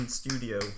studio